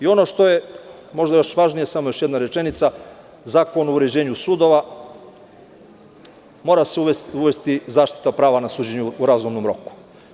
Ono što je još važnije, samo još jedna rečenica, zakon o uređenju sudova, mora se uvesti zaštita prava na suđenje u razumnom roku.